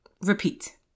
repeat